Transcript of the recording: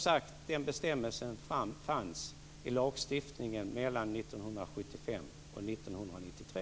Men den bestämmelsen fanns, som sagt, i lagstiftningen mellan 1975 och 1993.